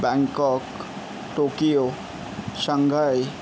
Bangkok Tokyo Shanghai